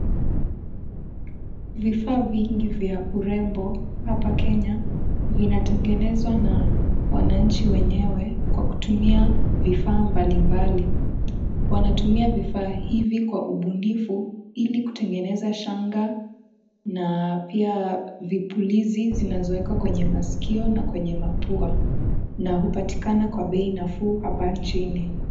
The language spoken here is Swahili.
Vifaa vingi vya urembo. Hapa Kenya vinatengenezwa na wananchi wenyewe kwa kutumia vifaa mbalimbali. Wanatumia vifaa hivi kwa umbunifu ili kutengeneza shanga na pia vipulizi zinazowekwa kwenye masikio na kwenye mapua na hupatikana kwa bei nafuu hapa nchini.